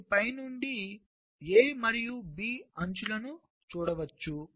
మీరు పై నుండి A మరియు B అంచులను చూడవచ్చు